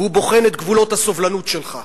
והוא בוחן את גבולות הסובלנות שלך.